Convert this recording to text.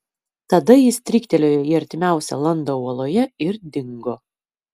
tada jis stryktelėjo į artimiausią landą uoloje ir dingo